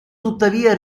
tuttavia